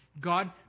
God